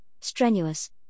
strenuous